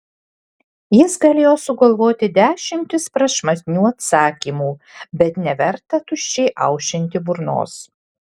jis galėjo sugalvoti dešimtis prašmatnių atsakymų bet neverta tuščiai aušinti burnos